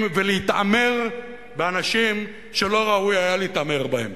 ולהתעמר באנשים שלא ראוי היה להתעמר בהם.